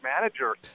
manager